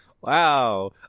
Wow